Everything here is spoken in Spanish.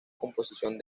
composición